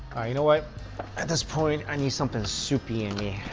you know what at this point? i need something soupy in me